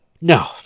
No